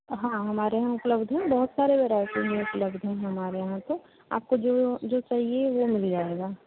हाँ हमारे यहाँ उपलब्ध है बहुत सारे वेरायटी में उपलब्ध है हमारे यहाँ तो आपको जो जो चाहिए वो मिल जाएगा